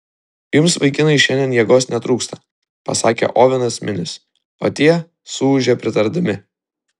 jums vaikinai šiandien jėgos netrūksta pasakė ovenas minis o tie suūžė pritardami